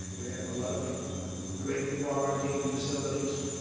we have a lot of great quarantine facilities.